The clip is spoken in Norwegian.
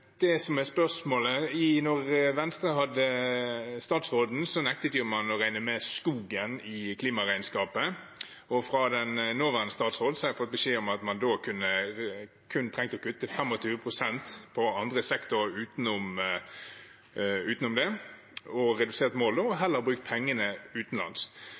det som er spørsmålet: Da Venstre hadde statsråden, nektet man å regne med skogen i klimaregnskapet. Fra den nåværende statsråd har jeg fått beskjed om at man kun trengte å kutte 25 pst. på andre sektorer utenom det, og at man kunne redusert målet og heller brukt pengene utenlands.